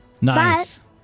Nice